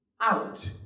out